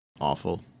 awful